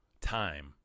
time